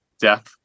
death